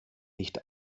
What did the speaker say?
nicht